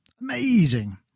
Amazing